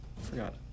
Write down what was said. forgot